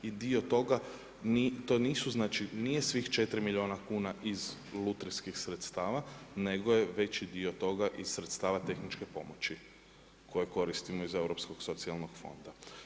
Dio toga, to nisu znači nije svih 4 milijuna kuna iz lutrijskih sredstava, nego je veći dio toga iz sredstava tehničke pomoći koje koristimo iz Europskog socijalnog fonda.